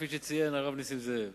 כפי שציין הרב נסים זאב,